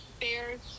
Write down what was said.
bears